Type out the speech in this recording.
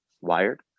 wired